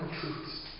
truths